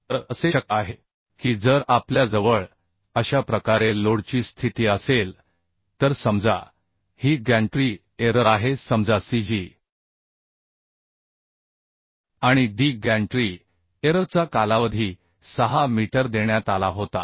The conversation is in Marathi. तर असे शक्य आहे की जर आपल्याजवळ अशा प्रकारे लोडची स्थिती असेल तर समजा ही गॅन्ट्री एरर आहे समजा cg आणि d गॅन्ट्री एररचा कालावधी 6 मीटर देण्यात आला होता